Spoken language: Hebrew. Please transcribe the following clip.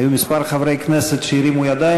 היו כמה חברי כנסת שהרימו ידיים,